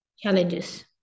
challenges